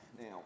now